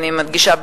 אני מדגישה,